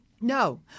No